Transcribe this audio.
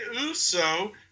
Uso